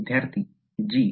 विद्यार्थी g